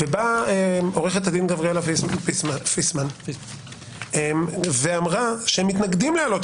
ובא עורכת הדין גבריאלה פיסמן ואמרה שהם מתנגדים להעלות